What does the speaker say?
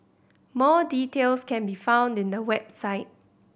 more details can be found in the website